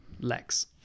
Lex